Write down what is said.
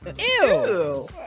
Ew